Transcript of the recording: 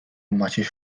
maciuś